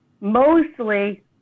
mostly